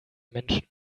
menschen